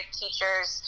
teachers